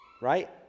right